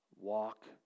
walk